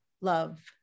Love